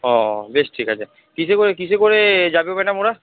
ও বেশ ঠিক আছে কীসে করে কীসে করে যাবে ম্যাডাম ওরা